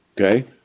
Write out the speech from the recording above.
Okay